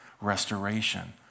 Restoration